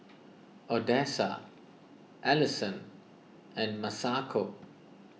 Odessa Alison and Masako